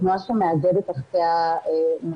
תנועה שמאגדת תחתיה,